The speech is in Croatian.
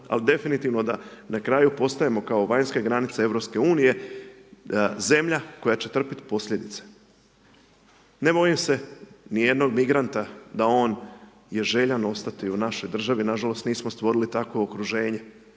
al definitivno da na kraju postajemo kao vanjska granica EU, zemlja koja će trpiti posljedice. Ne bojim se nijednog migranta da on je željan ostati u našoj državi, nažalost, nismo stvorili takvo okruženje,